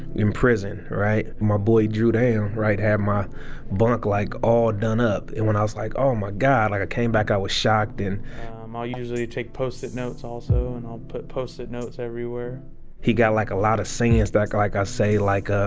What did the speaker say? in prison, right? my boy drewdown, right, had my bunk like all done up. and, when i was like, oh my god. like, i came back. i was shocked and um, i'll usually take post-it notes also and i'll put post-it notes everywhere he got like a lot of sayings that like got like ah say like ah,